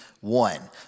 one